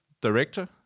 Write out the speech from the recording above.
Director